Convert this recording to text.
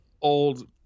old